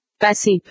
Passive